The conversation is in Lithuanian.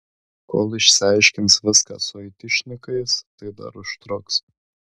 kol išsiaiškins viską su aitišnikais tai dar užtruks